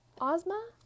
Ozma